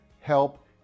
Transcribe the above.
help